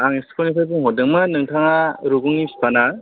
आं स्कुलनिफ्राय बुंहरदोंमोन नोंथाङा रुगुंनि बिफा ना